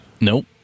Nope